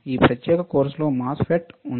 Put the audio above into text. ఈ ప్రత్యేక కోర్సులో MOSFET ఉంది